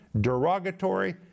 derogatory